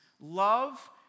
love